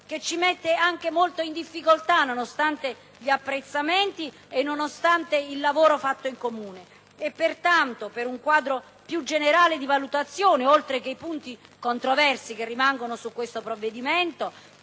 che ci mette anche molto in difficoltà, nonostante gli apprezzamenti e nonostante il lavoro fatto in comune. Chiediamo un quadro più generale di valutazione, al di là dei punti controversi che rimangono su questo provvedimento